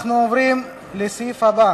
אתה לא בסדר,